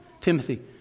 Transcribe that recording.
Timothy